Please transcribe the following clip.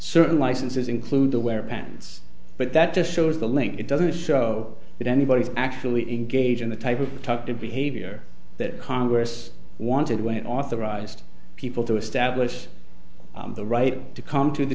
certain licenses include the wear pants but that just shows the link it doesn't show that anybody's actually engage in the type of talk to behavior that congress wanted when it authorized people to establish the right to come to the